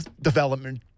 development